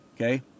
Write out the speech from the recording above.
Okay